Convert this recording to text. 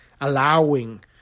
allowing